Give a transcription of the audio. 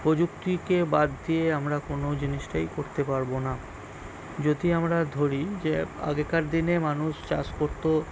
প্রযুক্তিকে বাদ দিয়ে আমরা কোনো জিনিসটাই করতে পারব না যদি আমরা ধরি যে আগেকার দিনে মানুষ চাষ করত